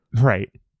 right